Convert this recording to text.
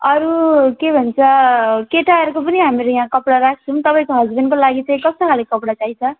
अरू के भन्छ केटाहरूको पनि हामीहरू यहाँ कपडा राख्छौँ तपाईँको हस्बेन्डको लागि चाहिँ कस्तो खाले कपडा चाहिन्छ